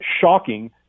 shocking